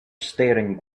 staring